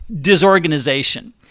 disorganization